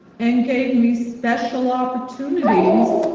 and gave me special opportunities,